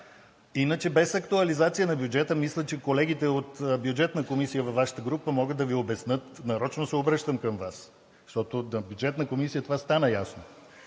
Иначе без актуализация на бюджета – мисля, че колегите от Бюджетна комисия във Вашата група могат да Ви обяснят, нарочно се обръщам към Вас, защото на Бюджетна комисия това стана ясно,